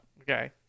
Okay